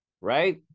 Right